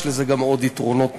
יש לזה גם עוד יתרונות.